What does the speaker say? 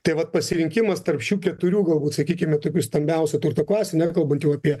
tai vat pasirinkimas tarp šių keturių galbūt sakykime tokių stambiausių turto klasių nekalbant jau apie